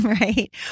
right